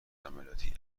عملیاتی